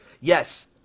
yes